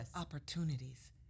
opportunities